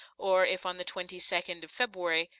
or if on the twenty-second of february,